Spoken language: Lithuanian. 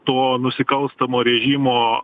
to nusikalstamo režimo